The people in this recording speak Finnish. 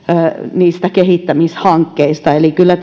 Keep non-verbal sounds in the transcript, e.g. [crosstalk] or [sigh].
niistä kehittämishankkeista eli kyllä [unintelligible]